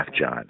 john